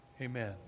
Amen